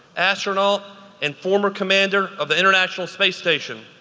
astronaut and former commander of the international space station.